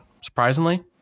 surprisingly